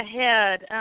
ahead